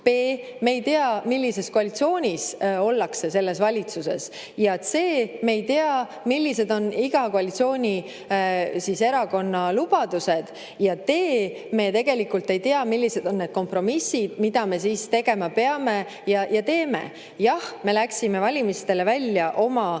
b) me ei tea, millises koalitsioonis ollakse selles valitsuses; c) me ei tea, millised on iga koalitsioonierakonna lubadused; ja d) me tegelikult ei tea, millised on need kompromissid, mida me tegema peame ja teeme. Jah, me läksime valimistele välja oma valimislubadustega.